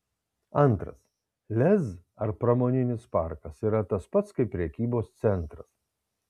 antras lez ar pramoninis parkas yra tas pats kaip prekybos centras